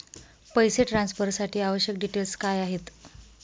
पैसे ट्रान्सफरसाठी आवश्यक डिटेल्स काय आहेत?